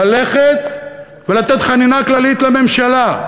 ללכת ולתת חנינה כללית לממשלה,